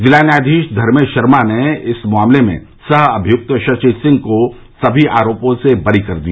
जिला न्यायाधीश धर्मेश शर्मा ने इस मामले में सह अभियुक्त शशि सिंह को सभी आरोपों से दरी कर दिया